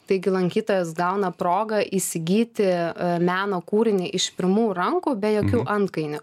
taigi lankytojas gauna progą įsigyti meno kūrinį iš pirmų rankų be jokių antkainių